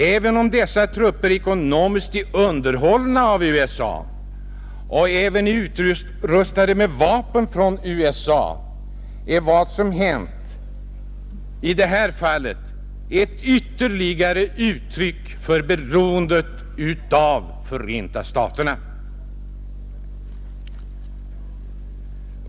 Även om dessa trupper ekonomiskt är underhållna av USA och utrustade med vapen från USA är vad som här har hänt ett ytterligare uttryck för beroendet av USA.